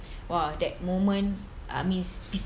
!wah! that moment I mean